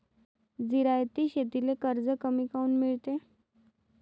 जिरायती शेतीले कर्ज कमी काऊन मिळते?